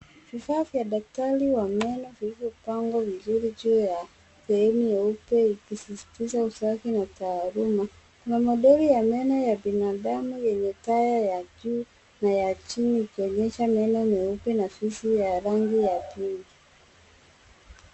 Vifaa vya daktari wa meno vilivyopangwa vizuri juu ya sehemu nyeupe ikisisistiza usafi na kitaaluma. Kuna madori ya meno ya binadamu yenye taya ya juu na ya chini ikionyesha meno meupe na fizi ya rangi ya pink .